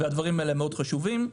הדברים האלה מאוד חשובים.